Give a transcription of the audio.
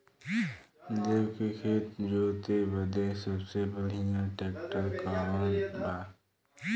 लेव के खेत जोते बदे सबसे बढ़ियां ट्रैक्टर कवन बा?